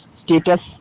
status